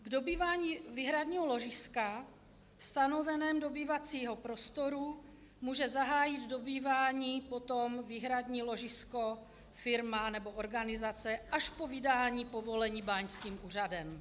Dobývání výhradního ložiska stanovením dobývacího prostoru může zahájit dobývání potom výhradní ložisko firma nebo organizace až po vydání povolení báňským úřadem (?).